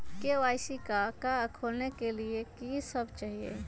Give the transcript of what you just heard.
KYC का का खोलने के लिए कि सब चाहिए?